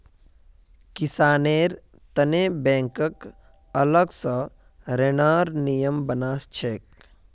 किसानेर तने बैंकक अलग स ऋनेर नियम बना छेक